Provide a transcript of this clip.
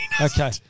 Okay